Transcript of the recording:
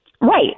Right